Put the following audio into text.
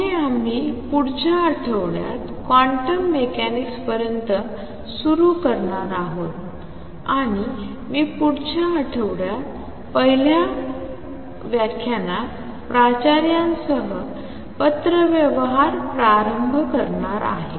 पुढे आम्ही पुढच्या आठवड्यात क्वांटम मेकॅनिक्स पर्यंत सुरू करणार आहोत आणि मी पुढच्या आठवड्यात पहिल्या व्याख्यानात प्राचार्यासह पत्रव्यवहार प्रारंभ करणार आहे